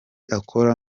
akora